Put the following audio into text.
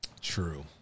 true